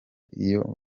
iyo